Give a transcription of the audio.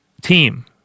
team